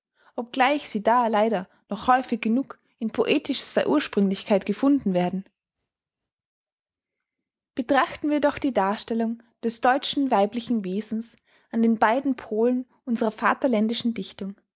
obgleich sie da leider noch häufig genug in poetischster ursprünglichkeit gefunden werden betrachten wir doch die darstellung des deutschen weiblichen wesens an den beiden polen unserer vaterländischen dichtung